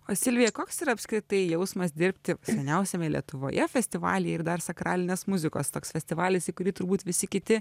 o silvija koks yra apskritai jausmas dirbti seniausiame lietuvoje festivalyje ir dar sakralinės muzikos toks festivalis į kurį turbūt visi kiti